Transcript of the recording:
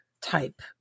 type